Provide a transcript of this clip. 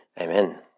Amen